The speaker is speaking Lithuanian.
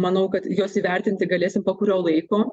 manau kad juos įvertinti galėsim po kurio laiko